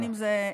ההיערכות שלה.